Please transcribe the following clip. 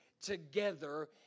together